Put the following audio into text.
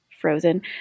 frozen